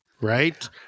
right